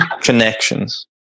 connections